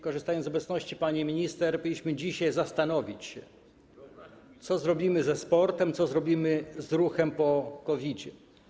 Korzystając z obecności pani minister, powinniśmy dzisiaj zastanowić się, co zrobimy ze sportem, co zrobimy z ruchem po COVID-zie.